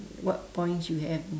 what points you have